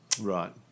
Right